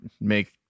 make